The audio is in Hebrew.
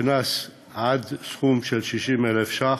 קנס עד סכום של 60,000 שקלים,